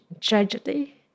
tragedy